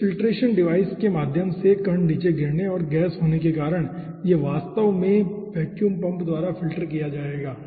इस filtration device के माध्यम से कण नीचे गिरने और गैस होने के कारण यह वास्तव में वैक्यूम पंप द्वारा फ़िल्टर किया जाएगा